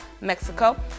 Mexico